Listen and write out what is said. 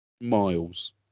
miles